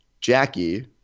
Jackie